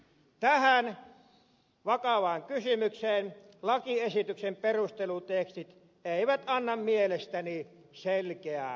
tähän vakavaan kysymykseen lakiesityksen perustelutekstit eivät anna mielestäni selkeää vastausta